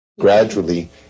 Gradually